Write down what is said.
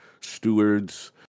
stewards